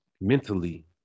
mentally